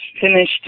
finished